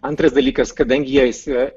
antras dalykas kadangi jais